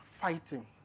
fighting